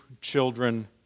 children